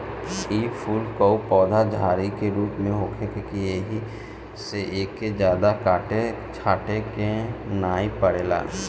इ फूल कअ पौधा झाड़ी के रूप में होखेला एही से एके जादा काटे छाटे के नाइ पड़ेला